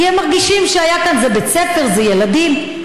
כי זה בית ספר, זה ילדים.